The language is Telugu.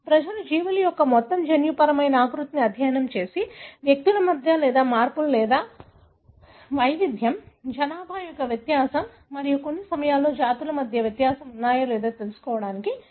ప్రజలు జీవుల యొక్క మొత్తం జన్యుపరమైన ఆకృతిని అధ్యయనం చేసి వ్యక్తుల మధ్య మార్పులు లేదా వైవిధ్యం జనాభా మధ్య వ్యత్యాసం మరియు కొన్ని సమయాల్లో జాతుల మధ్య వ్యత్యాసం ఉన్నాయో లేదో తెలుసుకోవడానికి ప్రయత్నిస్తారు